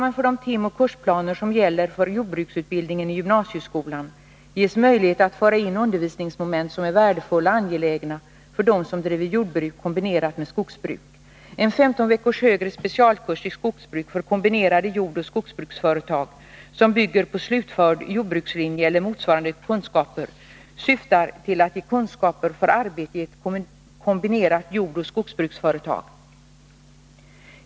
ningen i gymnasieskolan ges möjlighet att föra in undervisningsmoment som är värdefulla och angelägna för dem som driver jordbruk kombinerat med skogsbruk. En 15 veckors högre specialkurs i skogsbruk för kombinerade jordoch skogsbruksföretag, som bygger på slutförd jordbrukslinje eller motsvarande kunskaper, syftar till att ge kunskaper för arbete i ett kombinerat jordoch skogsbruksföretag.